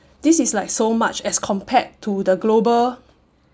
this is like so much as compared to the global